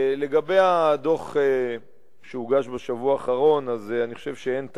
לגבי הדוח שהוגש בשבוע האחרון, אני חושב שאין טעם,